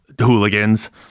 hooligans